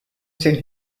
sind